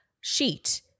sheet